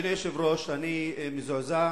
אדוני היושב-ראש, אני מזועזע,